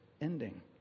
ending